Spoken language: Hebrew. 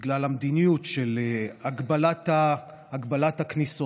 בגלל המדיניות של הגבלת הכניסות.